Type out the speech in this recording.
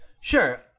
Sure